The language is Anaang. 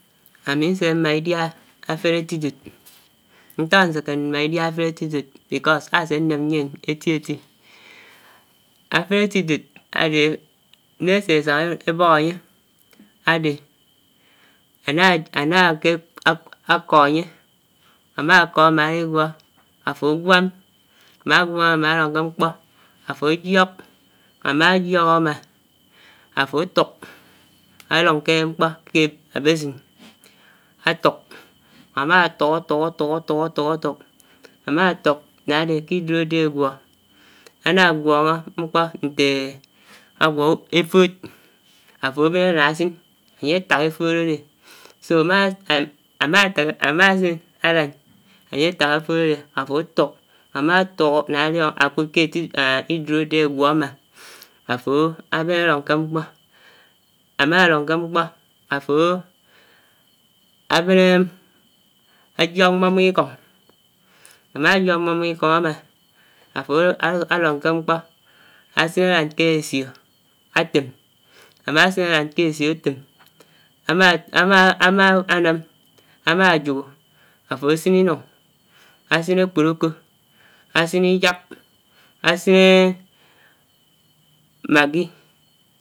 Àmi nsè mà Idia áfèrè átidòt, nták ámsèkè mmà Idiá áfèrè átidòt because ásè nnèm mién. èti eti áfèrè átidót ádè nághà èsè sàngà ébòk ányè ádè ànà àkè ákóh ányè, ámákóh ámà áligwó àfó ágwám, ámá gwám ámá ádòng kè mkpò, àfò ájiòk, àmà jiòk àmà àfò átuk, álòng kè mkpò, ké basin átuk, àmà tuk, átuk. átuk. tuk. tuk. tuk àmà tuk nà ádè kè idòd ádè ágwó ànà ágwóngó mkpó nté, ágwó éfód, àfò bén ádàn ásin ányè tàk èfód ádé so àmà ásin ádán, ányè tàk éfód ádé àfò átuk, ámá tuk nà álung ákud kè átidót, ahn ké idòt ádè ágwó ámá áfò ábèn ádóng ké mkpó. ámá bén á dóng kè mkpó, ábén, ájiógh mmóng mmóng ikòng, ámájióg mmóng mmóng Ikóng ámá áfò dóng kè mkpò, ásin ádán ké ésiò átèm, ámá sin ádán kè ésiò átèm ámá nám, ámá jòhò àfò sin ínung ásin ákpòròkò ásin iyàk, ásin maggi.